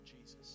Jesus